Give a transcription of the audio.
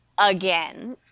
again